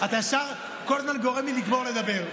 אתה ישר כל הזמן גורם לי לגמור לדבר.